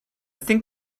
think